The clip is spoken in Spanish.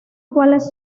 cuales